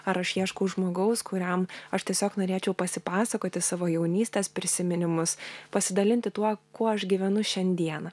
ar aš ieškau žmogaus kuriam aš tiesiog norėčiau pasipasakoti savo jaunystės prisiminimus pasidalinti tuo kuo aš gyvenu šiandieną